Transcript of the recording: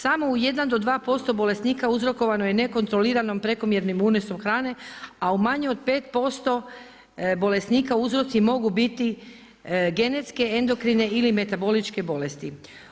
Samo u jedan do 2% bolesnika uzrokovano je nekontroliranim prekomjernim unosom hrane a u manje od 5% bolesnika uzroci mogu genetske, endokrine ili metaboličke bolesti.